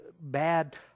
bad